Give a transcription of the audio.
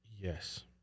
Yes